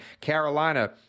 Carolina –